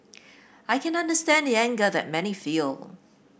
I can understand the anger that many feel